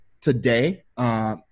today